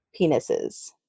penises